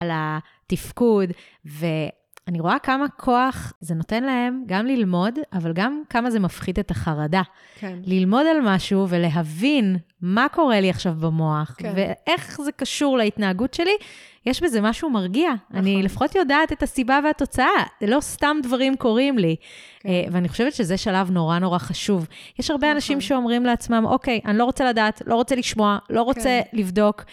על התפקוד, ואני רואה כמה כוח זה נותן להם גם ללמוד, אבל גם כמה זה מפחית את החרדה. ללמוד על משהו ולהבין מה קורה לי עכשיו במוח, ואיך זה קשור להתנהגות שלי, יש בזה משהו מרגיע. אני לפחות יודעת את הסיבה והתוצאה, לא סתם דברים קורים לי. ואני חושבת שזה שלב נורא נורא חשוב. יש הרבה אנשים שאומרים לעצמם, אוקיי, אני לא רוצה לדעת, לא רוצה לשמוע, לא רוצה לבדוק,